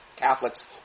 Catholics